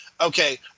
okay